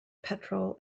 petrol